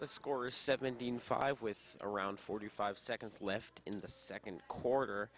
the scores seventeen five with around forty five seconds left in the second quarter